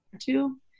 two